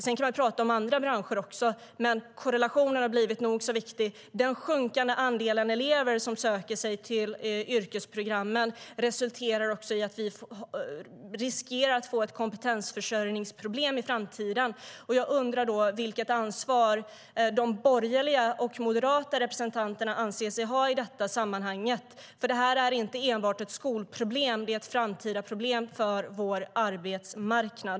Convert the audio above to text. Man kan prata om andra branscher också, men korrelationen har blivit nog så viktig: Det faktum att en sjunkande andel elever söker sig till yrkesprogrammen resulterar i att vi riskerar att få ett kompetensförsörjningsproblem i framtiden. Jag undrar vilket ansvar de borgerliga och moderata representanterna anser sig ha i sammanhanget. Det här är nämligen inte enbart ett skolproblem utan även ett framtida problem för vår arbetsmarknad.